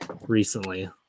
recently